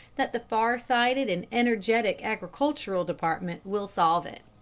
that the far-sighted and energetic agricultural department will solve it.